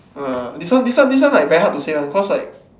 uh this one this one this one like very hard to say [one] cause like